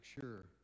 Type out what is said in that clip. sure